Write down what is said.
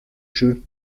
jeu